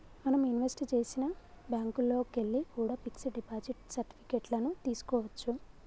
మనం ఇన్వెస్ట్ చేసిన బ్యేంకుల్లోకెల్లి కూడా పిక్స్ డిపాజిట్ సర్టిఫికెట్ లను తీస్కోవచ్చు